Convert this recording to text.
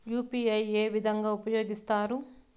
UPI ఏ విధంగా ఉపయోగిస్తారు?